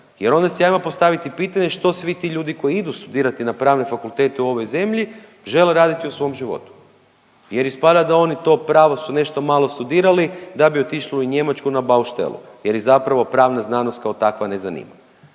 Jer onda si hajmo postaviti pitanje što svi ti ljudi koji idu studirati na pravne fakultete u ovoj zemlji žele raditi u svom životu? Jer ispada da oni to pravo su nešto malo studirali, da bi otišli u Njemačku na bauštelu jer ih zapravo pravna znanost kao takva ne zanima.